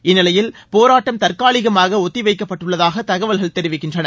இந்நிலையில் போராட்டம் தற்காலிகமாக ஒத்தி வைக்கப்பட்டுள்ளதாக தகவல்கள் தெரிவிக்கின்றன